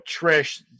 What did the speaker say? Trish